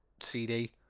cd